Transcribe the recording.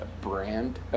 brand